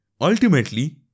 ultimately